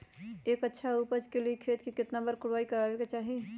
एक अच्छा उपज के लिए खेत के केतना बार कओराई करबआबे के चाहि?